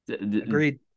Agreed